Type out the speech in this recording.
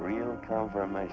real compromise